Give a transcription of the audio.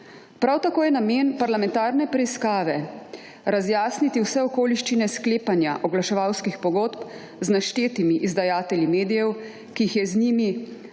Prav tako je namen parlamentarne preiskave razjasniti vse okoliščine sklepanja oglaševalskih pogodb z naštetimi izdajatelji medijev, ki jih je z njimi